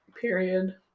Period